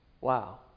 Wow